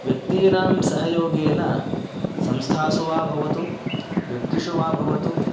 व्यक्तीनां सहयोगेन संस्थासु वा भवतु व्यक्तिषु वा भवतु